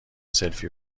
سلفی